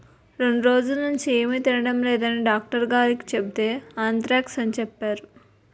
రెండ్రోజులనుండీ ఏమి తినడం లేదని డాక్టరుగారికి సెబితే ఆంత్రాక్స్ అని సెప్పేరు